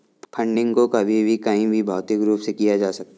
funding को कभी भी कहीं भी भौतिक रूप से किया जा सकता है